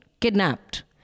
kidnapped